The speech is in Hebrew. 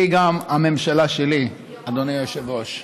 היא גם הממשלה שלי, אדוני היושב-ראש.